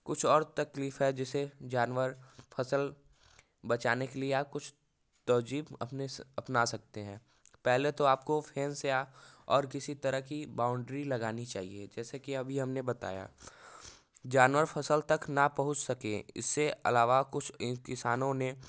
कुछ और तकलीफ है जिसे जानवर फसल बचाने के लिए या कुछ तहजीब अपने से अपना सकते हैं पहले तो आपको या और किसी तरह की बाउंड्री लगानी चाहिए जैसे कि अभी हमने बताया जानवर फसल तक ना पहुँच सकें इससे अलावा कुछ किसानों ने